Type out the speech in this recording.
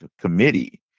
committee